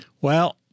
Well-